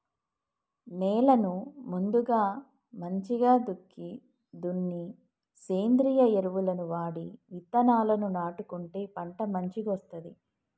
నేలను ముందుగా మంచిగ దుక్కి దున్ని సేంద్రియ ఎరువులను వాడి విత్తనాలను నాటుకుంటే పంట మంచిగొస్తది